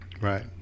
Right